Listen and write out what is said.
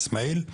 איסמעיל,